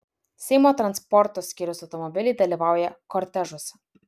seimo transporto skyriaus automobiliai dalyvauja kortežuose